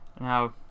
Now